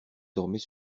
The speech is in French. dormait